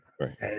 right